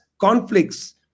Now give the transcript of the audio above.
conflicts